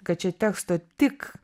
kad čia teksto tik